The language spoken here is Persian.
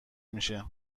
میشه